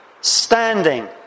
standing